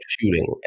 shooting